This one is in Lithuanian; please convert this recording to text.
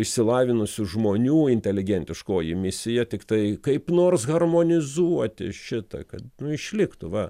išsilavinusių žmonių inteligentiškoji misija tiktai kaip nors harmonizuoti šitą kad išliktų va